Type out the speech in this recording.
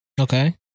Okay